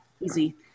Easy